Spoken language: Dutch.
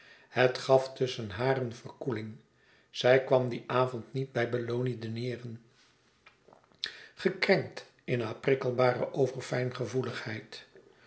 het gaf tusschen haar eene verkoeling zij kwam dien avond niet bij belloni dineeren gekrenkt in hare prikkelbare